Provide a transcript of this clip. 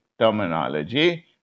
terminology